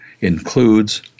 includes